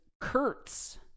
kurtz